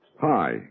Hi